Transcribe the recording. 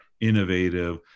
innovative